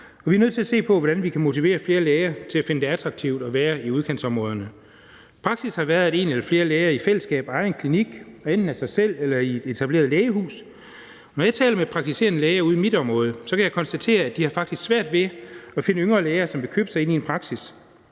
vi er nødt til at se på, hvordan vi kan motivere flere læger til at finde det attraktivt at være i udkantsområderne. Praksis har været, at en eller flere læger i fællesskab ejer en klinik og enten er sig selv eller er i et etableret lægehus, og når jeg taler med praktiserende læger ude i mit område, kan jeg konstatere, at de faktisk har svært ved at finde yngre læger, som vil købe sig ind i en praksis.